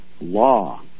law